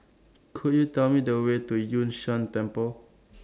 Could YOU Tell Me The Way to Yun Shan Temple